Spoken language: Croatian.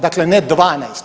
Dakle, ne 12.